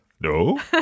No